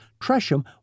tresham